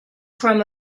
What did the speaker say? from